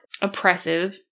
oppressive